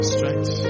Strength